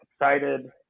excited